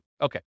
Okay